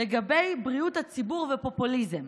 לגבי בריאות הציבור ופופוליזם,